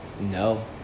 No